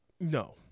no